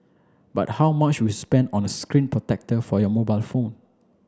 but how much would spend on a screen protector for your mobile phone